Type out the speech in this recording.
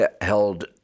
held